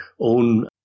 own